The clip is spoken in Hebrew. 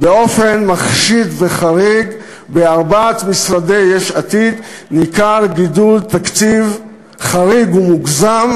באופן מחשיד וחריג בארבעת משרדי יש עתיד ניכר גידול תקציב חריג ומוגזם